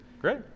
Great